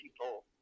people